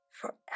forever